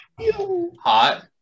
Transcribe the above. hot